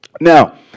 Now